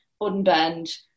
unbend